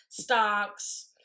stocks